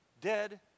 dead